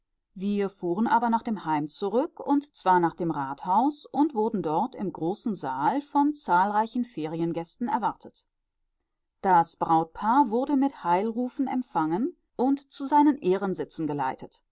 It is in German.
wir fuhren aber nach dem heim zurück und zwar nach dem rathaus und wurden dort im großen saal von zahlreichen feriengästen erwartet das brautpaar wurde mit heilrufen empfangen und zu seinen ehrensitzen geleitet